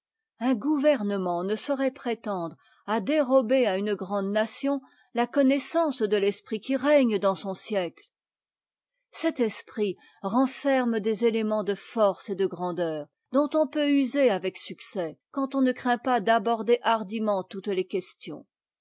un gouvernement ne saurait prétendre à dérober à une grande nation la connaissance de t'esprit qui règne dans son siècle cet esprit renferme des éléments de force et de grandeur dont on peut user avec succès quand on ne craint pas d'aborder hardiment toutes les questions